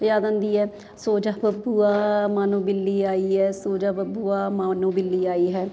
ਯਾਦ ਆਉਂਦੀ ਹੈ ਸੌਂ ਜਾ ਬੱਬੂਆ ਮਾਣੋ ਬਿੱਲੀ ਆਈ ਹੈ ਸੌਂ ਜਾ ਬੱਬੂਆ ਮਾਣੋ ਬਿੱਲੀ ਆਈ ਹੈ